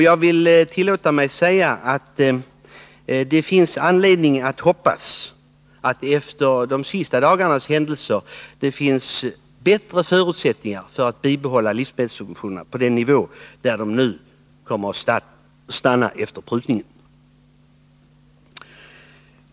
Jag tillåter mig säga att det finns anledning att hoppas att det efter de senaste dagarnas händelser finns bättre förutsättningar för att bibehålla livsmedelssubventionerna på den nivå där de kommer att stanna efter denna prutning.